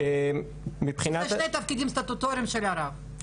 זה שני תפקידים סטטוטוריים של הרב.